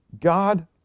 God